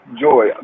Joy